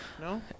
No